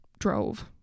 Drove